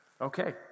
Okay